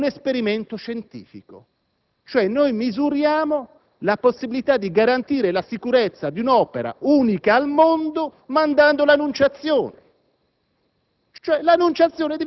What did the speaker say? consentirà un esperimento scientifico. Noi misuriamo la possibilità di garantire la sicurezza di un'opera unica al mondo mandando l'«Annunciazione»!